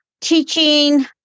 teaching